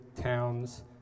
town's